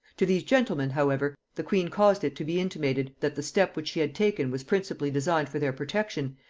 to these gentlemen, however, the queen caused it to be intimated, that the step which she had taken was principally designed for their protection,